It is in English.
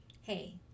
Hey